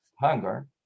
hunger